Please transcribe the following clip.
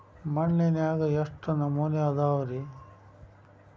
ಮಣ್ಣಿನಾಗ ಎಷ್ಟು ನಮೂನೆ ಅದಾವ ರಿ?